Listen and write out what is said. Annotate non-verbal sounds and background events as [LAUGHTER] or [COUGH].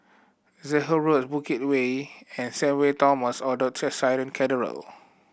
Zehnder Road Bukit Way and [UNINTELLIGIBLE] Thomas Orthodox Syrian Cathedral